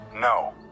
No